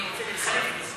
אני רוצה לסיים עם זה.